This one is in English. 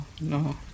no